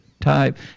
type